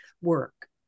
work